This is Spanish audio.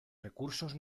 recursos